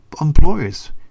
employers